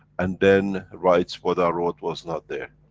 and then writes what i wrote was not there.